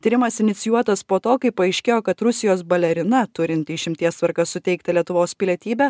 tyrimas inicijuotas po to kai paaiškėjo kad rusijos balerina turinti išimties tvarka suteikti lietuvos pilietybę